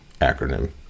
acronym